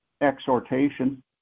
exhortation